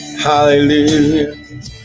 Hallelujah